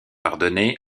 ardennais